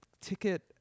ticket